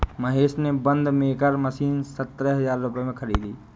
महेश ने bund maker machine सतरह हजार रुपए में खरीदी